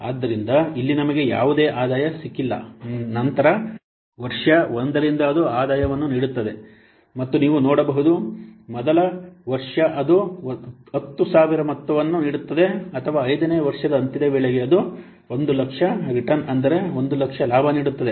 ಆದ್ದರಿಂದ ಇಲ್ಲಿ ನಮಗೆ ಯಾವುದೇ ಆದಾಯ ಸಿಕ್ಕಿಲ್ಲ ನಂತರ ವರ್ಷ 1 ರಿಂದ ಅದು ಆದಾಯವನ್ನು ನೀಡುತ್ತದೆ ಮತ್ತು ನೀವು ನೋಡಬಹುದು ಅಥವಾ ಮೊದಲ ವರ್ಷ ಅದು 10000 ಮೊತ್ತವನ್ನು ನೀಡುತ್ತದೆ ಅಥವಾ 5 ನೇ ವರ್ಷದ ಅಂತ್ಯದ ವೇಳೆಗೆ ಅದು 100000 ರಿಟರ್ನ್ ಅಂದರೆ 100000 ಲಾಭ ನೀಡುತ್ತದೆ